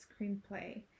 Screenplay